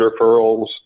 referrals